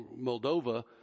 Moldova